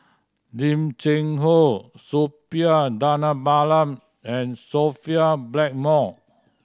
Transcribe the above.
Lim Cheng Hoe Suppiah Dhanabalan and Sophia Blackmore